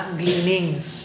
gleanings